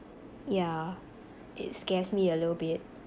yeah it scares me a little bit